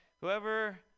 Whoever